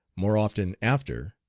more often after,